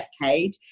decade